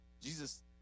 Jesus